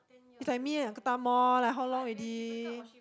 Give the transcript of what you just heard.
is like me and uncle Tham loh like how long already